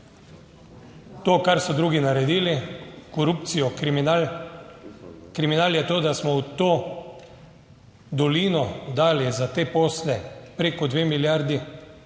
to kar so drugi naredili, korupcijo, kriminal. Kriminal je to, da smo v to dolino dali za te posle preko 2 milijardi za